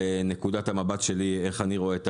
נקודת המבט שלי איך אני רואה את